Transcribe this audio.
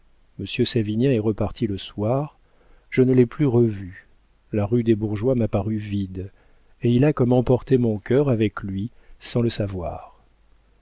savinien est reparti le soir je ne l'ai plus revu la rue des bourgeois m'a paru vide et il a comme emporté mon cœur avec lui sans le savoir